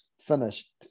finished